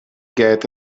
get